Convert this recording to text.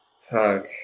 Fuck